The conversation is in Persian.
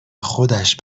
خودش